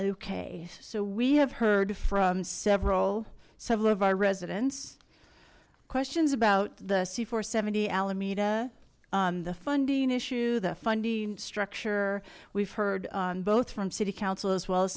okay so we have heard from several several of our residents questions about the c forty seven de alameda the funding issue the funding structure we've heard on both from city council as well as